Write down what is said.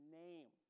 name